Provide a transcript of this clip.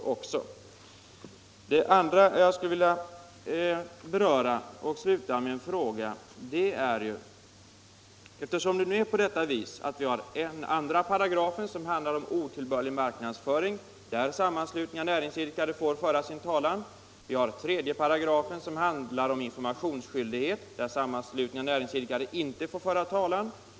Det andra jag skulle vilja beröra och avsluta mitt inlägg med är följande. 2§ i lagen handlar om otillbörlig marknadsföring, och där får sammanslutningar av näringsidkare föra sin talan. 3 § handlar om informationsskyldighet, och där får sammanslutningar av näringsidkare inte föra sin talan.